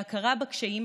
להכרה בקשיים,